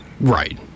right